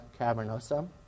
cavernosa